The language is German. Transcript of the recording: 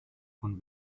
von